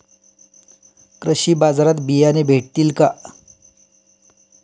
कृषी बाजारात बियाणे भेटतील का?